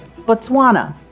Botswana